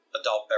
adult